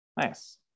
Nice